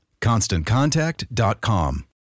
ConstantContact.com